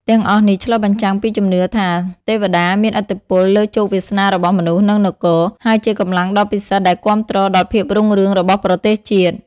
ទាំងអស់នេះឆ្លុះបញ្ចាំងពីជំនឿថា ទេពតាមានឥទ្ធិពលលើជោគវាសនារបស់មនុស្ស និងនគរ ហើយជាកម្លាំងដ៏ពិសិដ្ឋដែលគាំទ្រដល់ភាពរុងរឿងរបស់ប្រទេសជាតិ។